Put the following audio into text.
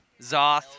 Zoth